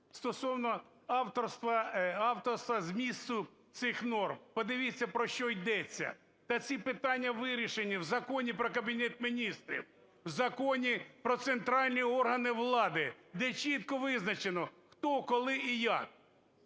авторства, авторства змісту цих норм. Подивіться, про що йдеться. Та ці питання вирішені в Законі про Кабінет Міністрів, в Законі про центральні органи влади, де чітко визначено, хто, коли і як